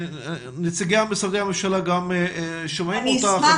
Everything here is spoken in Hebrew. נציגי משרדי הממשלה שומעים אותך --- אני אשמח,